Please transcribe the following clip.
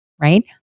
right